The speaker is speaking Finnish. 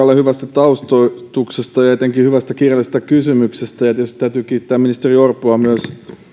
taustoituksesta ja etenkin hyvästä kirjallisesta kysymyksestä ja tietysti täytyy kiittää ministeri orpoa myös